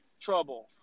trouble